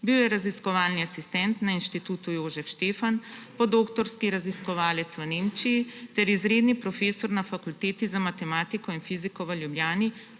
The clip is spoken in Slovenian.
Bil je raziskovalni asistent na Inštitutu Jožef Stefan, podoktorski raziskovalec v Nemčiji ter izredni profesor na fakulteti za matematiko in fiziko v Ljubljani,